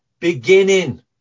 Beginning